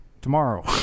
tomorrow